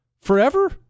Forever